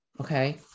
Okay